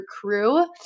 crew